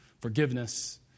Forgiveness